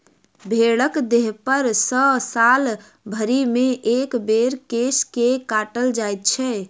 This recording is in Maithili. भेंड़क देहपर सॅ साल भरिमे एक बेर केश के काटल जाइत छै